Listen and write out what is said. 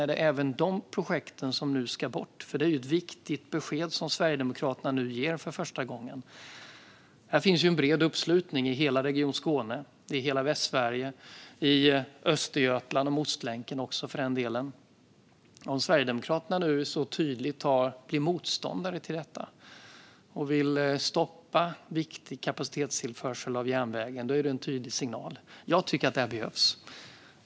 Är det även dessa projekt som nu ska bort? Det är ett viktigt besked som Sverigedemokraterna nu ger för första gången. Det finns en bred uppslutning i hela Region Skåne, i hela Västsverige och i Östergötland om Ostlänken också för den delen. Om Sverigedemokraterna nu så tydligt är motståndare till detta och vill stoppa viktig kapacitetstillförsel av järnvägen då är det en tydlig signal. Jag tycker att detta behövs.